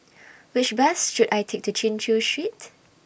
Which Bus should I Take to Chin Chew Street